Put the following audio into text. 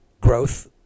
growth